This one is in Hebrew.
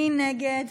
מי נגד?